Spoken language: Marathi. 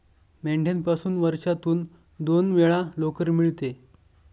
मेंढ्यापासून वर्षातून दोन वेळा लोकर मिळते